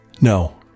No